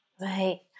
Right